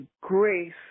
grace